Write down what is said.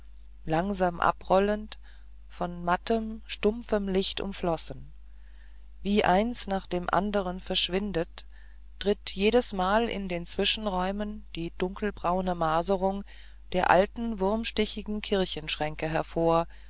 langsam abrollend von mattem stumpfem licht umflossen wie eins nach dem andern verschwindet tritt jedesmal in den zwischenräumen die dunkelbraune maserung der alten wurmstichigen kirchenschränke hervor